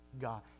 God